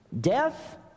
death